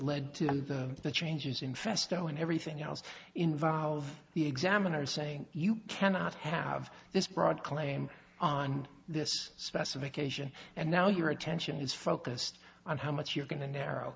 led to the changes in festo and everything else involved the examiner saying you cannot have this broad claim on this specification and now your attention is focused on how much you're going to narrow